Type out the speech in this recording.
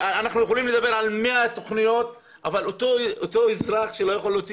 אנחנו יכולים לדבר על מאה תוכניות אבל אותו אזרח שלא יכול להוציא